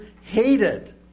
hated